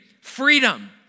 freedom